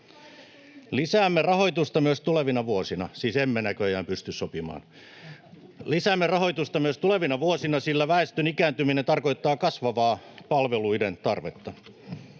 Lisäämme rahoitusta myös tulevina vuosina, sillä väestön ikääntyminen tarkoittaa kasvavaa palveluiden tarvetta.